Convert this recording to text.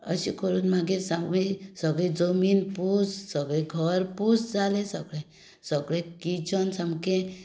अशें करून मागीर सगळी जमीन पूस सगळें घर पूस जालें सगळें सगळें किचन सामकें